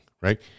right